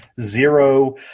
zero